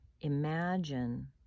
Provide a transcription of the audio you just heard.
imagine